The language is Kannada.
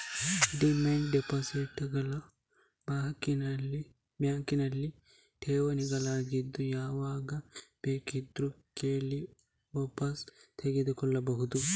ಡಿಮ್ಯಾಂಡ್ ಡೆಪಾಸಿಟ್ ಗಳು ಬ್ಯಾಂಕಿನಲ್ಲಿ ಠೇವಣಿಗಳಾಗಿದ್ದು ಯಾವಾಗ ಬೇಕಿದ್ರೂ ಕೇಳಿ ವಾಪಸು ತಗೋಬಹುದು